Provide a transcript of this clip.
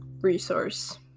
resource